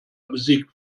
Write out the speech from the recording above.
besiegt